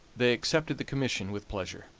they accepted the commission with pleasure.